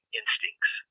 instincts